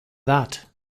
that